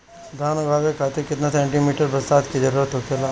धान उगावे खातिर केतना सेंटीमीटर बरसात के जरूरत होखेला?